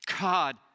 God